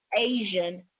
Asian